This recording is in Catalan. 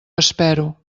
espero